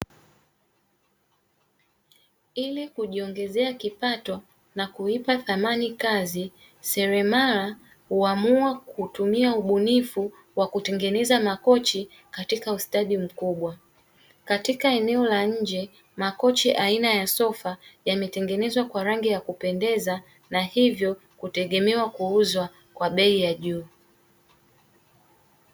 Ili kujiongezea kipato na kuipa thamani kazi, seremala huamua kutumia ubunifu wa kutengeneza makochi katika ustadi mkubwa. Katika eneo la nje makochi aina ya sofa; yametengenezwa kwa rangi ya kupendeza na hivyo kutegemewa kuuzwa kwa bei ya juu.